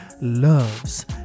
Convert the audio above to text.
loves